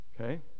Okay